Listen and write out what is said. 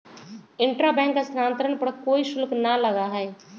intra bank स्थानांतरण पर कोई शुल्क ना लगा हई